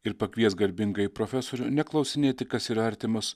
ir pakvies garbingąjį profesorių ne klausinėti kas yra artimas